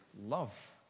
love